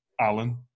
Alan